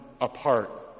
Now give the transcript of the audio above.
apart